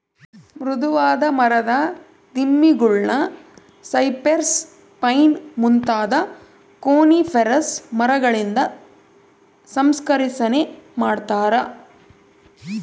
ಮೃದುವಾದ ಮರದ ದಿಮ್ಮಿಗುಳ್ನ ಸೈಪ್ರೆಸ್, ಪೈನ್ ಮುಂತಾದ ಕೋನಿಫೆರಸ್ ಮರಗಳಿಂದ ಸಂಸ್ಕರಿಸನೆ ಮಾಡತಾರ